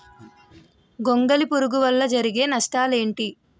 గొంగళి పురుగు వల్ల జరిగే నష్టాలేంటి?